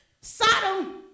Sodom